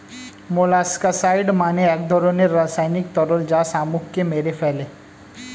molluscicide মানে এক ধরনের রাসায়নিক তরল যা শামুককে মেরে ফেলে